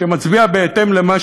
שמצביע בהתאם למה